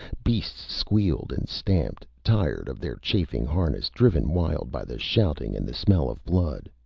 beasts squealed and stamped, tired of their chafing harness, driven wild by the shouting and the smell of blood.